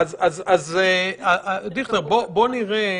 אני אומרת את עמדתי, אפשר לקבל ואפשר לא לקבל.